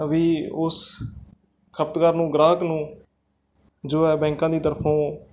ਵੀ ਉਸ ਖਪਤਕਾਰ ਨੂੰ ਗਾਹਕ ਨੂੰ ਜੋ ਹੈ ਬੈਂਕਾਂ ਦੀ ਤਰਫੋਂ